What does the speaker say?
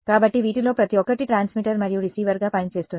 కాబట్టి వీటిలో ప్రతి ఒక్కటి ట్రాన్స్మిటర్ మరియు రిసీవర్గా పని చేస్తుంది